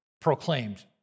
proclaimed